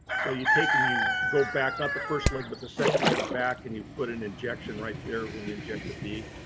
so you take um you go back, not the first leg but the second leg back, and you put an injection right there when you inject the bee,